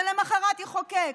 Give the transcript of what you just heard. ולמוחרת יחוקק,